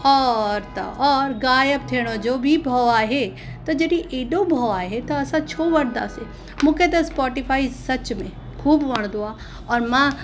और त और गायब थियण जो बि भउ आहे त जॾहिं एॾो भउ आहे त जॾहिं एॾो भउ आहे त असां छो वठंदासीं मूंखे त स्पॉटीफ़ाई सच में ख़ूब वणंदो आहे और मां